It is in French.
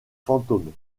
fantômes